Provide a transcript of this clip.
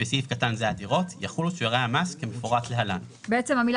(בסעיף קטן זה הדירות) יחולו שיעורי המס כמפורט להלן: בעצם המילה